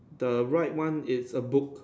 the right one is a book